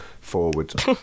forward